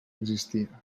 existia